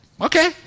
okay